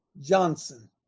Johnson